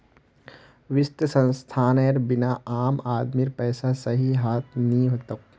वित्तीय संस्थानेर बिना आम आदमीर पैसा सही हाथत नइ ह तोक